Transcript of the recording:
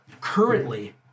Currently